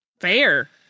Fair